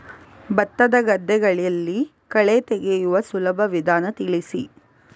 ಭತ್ತದ ಗದ್ದೆಗಳಲ್ಲಿ ಕಳೆ ತೆಗೆಯುವ ಸುಲಭ ವಿಧಾನ ತಿಳಿಸಿ?